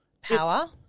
Power